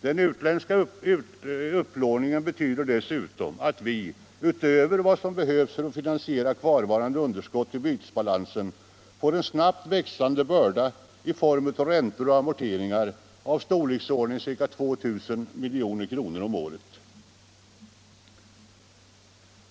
Den utländska upplåningen betyder desutom att vi — utöver vad som behövs för att finansiera kvarvarande underskott i bytesbalansen — får en snabbt växande börda i form av räntor och amorteringar av storleksordningen 2000 milj.kr. om året.